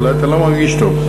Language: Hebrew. אולי אתה לא מרגיש טוב.